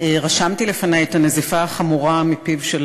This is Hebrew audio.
רשמתי לפני את הנזיפה החמורה מפיו של